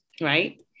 right